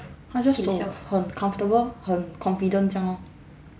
他 just 走很 comfortable 哦很这样哦